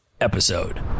episode